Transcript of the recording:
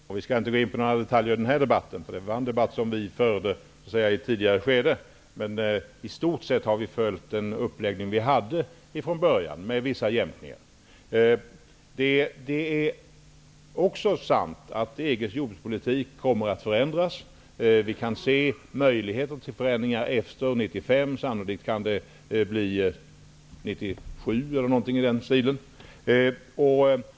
Herr talman! Vi skall inte gå in på några detaljer i den här debatten. Det var en debatt som vi förde i ett tidigare skede. I stort sett har vi följt den uppläggning vi hade från början med vissa jämkningar. Det är sant att EG:s jordbrukspolitik kommer att förändras. Vi kan se möjligheter till förändringar efter 1995. Det kan sannolikt bli 1997 eller något i den stilen.